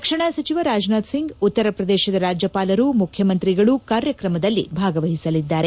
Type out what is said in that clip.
ರಕ್ಷಣಾ ಸಚಿವ ರಾಜನಾಥ್ ಸಿಂಗ್ ಉತ್ತರ ಪ್ರದೇಶದ ರಾಜ್ಜಪಾಲರು ಮುಖ್ಯಮಂತ್ರಿಗಳು ಕಾರ್ಯಕ್ರಮದಲ್ಲಿ ಭಾಗವಹಿಸಲಿದ್ದಾರೆ